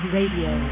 Radio